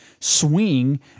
swing